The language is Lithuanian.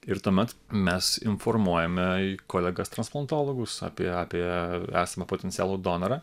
ir tuomet mes informuojame kolegas transplantologijus apie apie esamą potencialų donorą